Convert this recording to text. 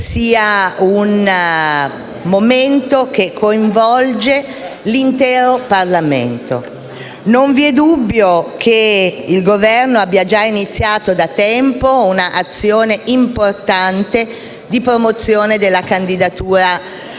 sia un impegno che coinvolge l'intero Parlamento. Non vi è dubbio che il Governo abbia già iniziato da tempo un'azione importante di promozione della candidatura